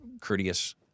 courteous